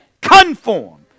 conform